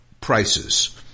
prices